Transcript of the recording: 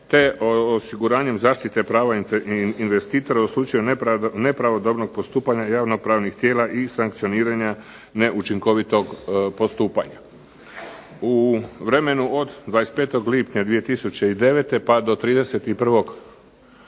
te osiguranjem zaštite prava investitora u slučaju nepravodobnog postupanja javnopravnih tijela i sankcioniranja neučinkovitog postupanja. U vremenu od 25. lipnja 2009. pa do 31. kolovoza